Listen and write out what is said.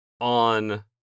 on